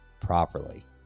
properly